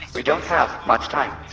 we don't have much time.